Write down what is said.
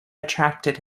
attracted